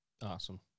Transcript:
Awesome